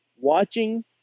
watching